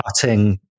cutting